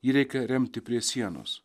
jį reikia remti prie sienos